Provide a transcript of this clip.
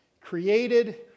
created